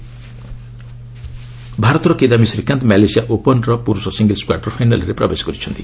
badminton ଭାରତର କିଦାୟୀ Srikanth Malaysia ଓପନ୍ର ପୁରୁଷ ସିଙ୍ଗଲ୍ସ କ୍ୱାର୍ଟରଫାଇନାଲ୍ରେ ପ୍ରବେଶ କରିଛନ୍ତି